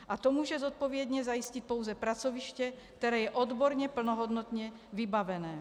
A to může zodpovědně zajistit pouze pracoviště, které je odborně plnohodnotně vybavené.